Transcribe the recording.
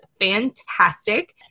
fantastic